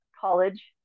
college